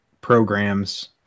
programs